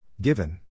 Given